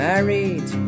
Married